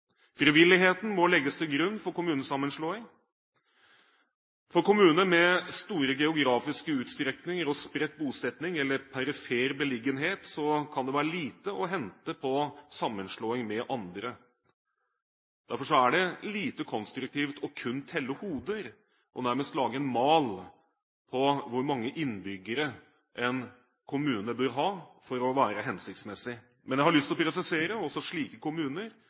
Frivilligheten må legges til grunn for kommunesammenslåing. For kommuner med stor geografisk utstrekning og spredt bosetting eller perifer beliggenhet kan det være lite å hente på sammenslåing med andre. Derfor er det lite konstruktivt kun å telle hoder og nærmest lage en mal på hvor mange innbyggere en kommune bør ha for å være hensiktsmessig. Men jeg har lyst til å presisere at også slike kommuner